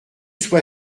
soit